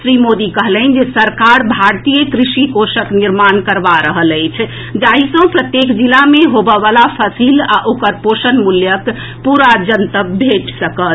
श्री मोदी कहलनि जे सरकार भारतीय कृषि कोषक निर्माण करबा रहल अछि जाहि सँ प्रत्येक जिला मे होबयवला फसिल आ ओकर पोषण मूल्यक पूरा जनतब भेटि सकत